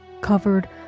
covered